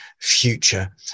future